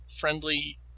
friendly